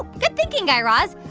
good thinking, guy raz.